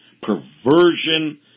perversion